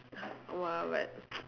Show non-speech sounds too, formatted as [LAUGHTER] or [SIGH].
!wah! but [NOISE]